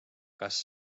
kas